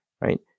right